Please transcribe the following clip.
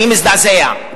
אני מזדעזע.